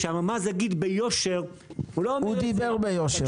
שהממ"ז יגיד ביושר --- הוא דיבר ביושר.